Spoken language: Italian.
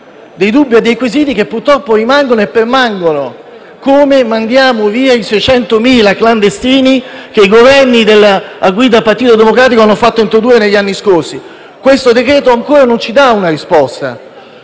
dei dubbi e dei quesiti che purtroppo rimangono e permangono: come mandiamo via i 600.000 clandestini che i Governi guidati dal Partito Democratico hanno fatto entrare negli anni scorsi? Il provvedimento non ci dà una risposta.